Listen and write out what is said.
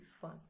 fun